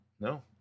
No